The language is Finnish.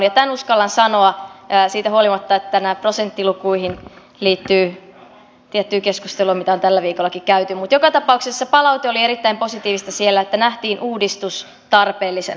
tämän uskallan sanoa siitä huolimatta että näihin prosenttilukuihin liittyy tiettyä keskustelua jota on tällä viikollakin käyty mutta joka tapauksessa palaute oli erittäin positiivista siellä että nähtiin uudistus tarpeellisena